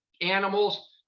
animals